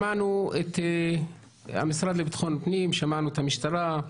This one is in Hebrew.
שמענו את המשרד לביטחון פנים, שמענו את המשטרה,